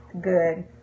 Good